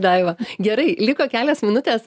daiva gerai liko kelios minutės